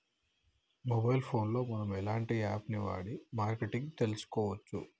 Mobile phone లో మనం ఎలాంటి యాప్ వాడి మార్కెటింగ్ తెలుసుకోవచ్చు?